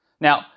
Now